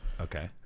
Okay